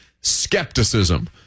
skepticism